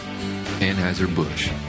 Anheuser-Busch